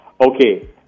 Okay